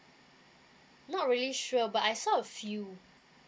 not really sure but I saw a few